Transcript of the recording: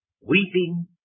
Weeping